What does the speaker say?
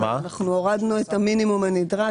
אבל אנחנו הורדנו את המינימום הנדרש,